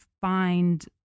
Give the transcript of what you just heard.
find